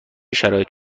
شرایطی